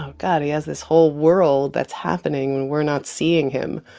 oh, god, he has this whole world that's happening when we're not seeing him.